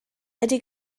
ydy